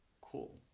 cool